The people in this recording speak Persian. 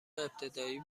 ابتدایی